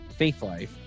faithlife